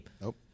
Nope